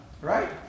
Right